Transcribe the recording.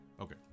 Okay